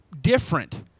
different